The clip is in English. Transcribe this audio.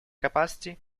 capacity